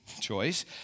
choice